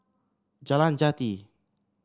Jalan Jati